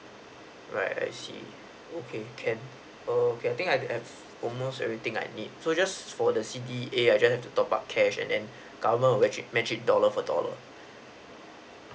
right I see okay can err can I think I have almost everything I need so just for the C_D_A I just need to top up cash and then government will match it match it dollar for dollar